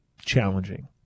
challenging